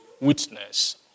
witness